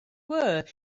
were